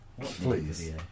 Please